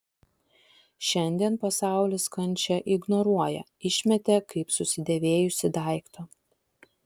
šiandien pasaulis kančią ignoruoja išmetė kaip susidėvėjusį daiktą